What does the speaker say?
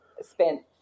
spent